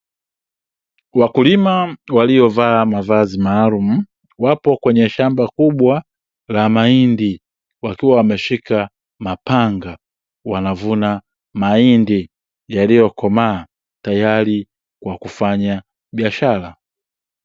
Wakulima waliovaa mavazi maalumu wapo kwenye shamba kubwa la mahindi wakiwa wameshika mapanga, wanavuna mahindi yaliyokomaa tayari kwa kufanya biashara.